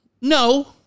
no